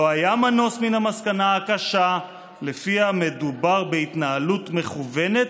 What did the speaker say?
לא היה מנוס מן המסקנה הקשה לפיה מדובר בהתנהלות מכוונת,